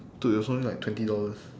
dude it was only like twenty dollars